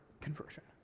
conversion